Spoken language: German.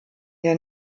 der